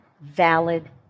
valid